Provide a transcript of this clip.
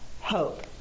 hope